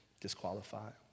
disqualified